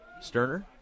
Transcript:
Sterner